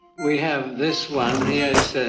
we have this one here.